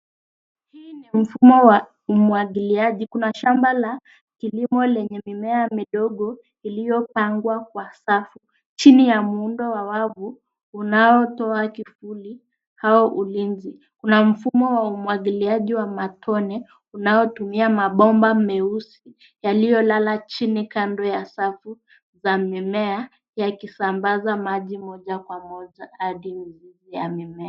Hii ni mfumo wa umwagiliaji. Kuna shamba la kilimo lenye mimea midogo iliyopangwa kwa safu. Chini ya muundo wa wavu unaotoa kivuli au ulinzi, kuna mfumo wa umwagiliaji wa matone unaotumia mabomba meusi yaliyolala chini kando ya safu za mimea yakisambaza maji moja kwa moja hadi mizizi ya mimea.